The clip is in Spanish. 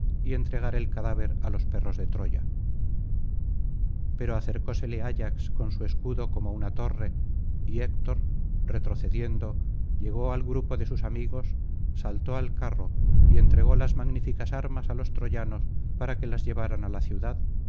y entregar el cadáver á los perros de troya pero acercósele ayax con su escudo como una torre y héctor retrocediendo llegó al grupo de sus amigos saltó al carro y entregó las magníficas armas á los troyanos para que las llevaran á la ciudad